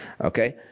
Okay